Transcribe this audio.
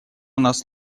нас